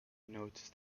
noticed